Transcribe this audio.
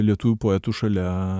lietuvių poetų šalia